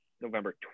November